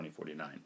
2049